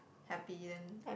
happy then